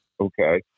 Okay